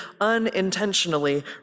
unintentionally